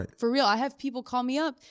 for real. i have people call me up,